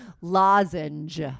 lozenge